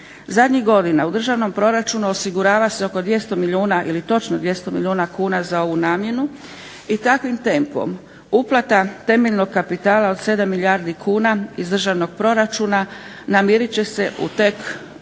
Zadnjih godina u državnom proračunu osigurava se oko 200 milijuna ili točno 200 milijuna kuna za ovu namjenu i takvim tempom uplata temeljnog kapitala od 7 milijardi kuna iz državnog proračuna namirit će se tek za